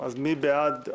מוועדת